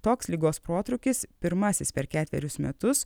toks ligos protrūkis pirmasis per ketverius metus